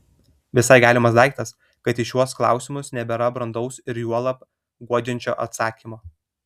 visai galimas daiktas kad į šiuos klausimus nebėra brandaus ir juolab guodžiančio atsakymo